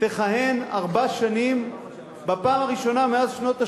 תכהן ארבע שנים בפעם הראשונה מאז שנות ה-80,